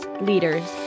leaders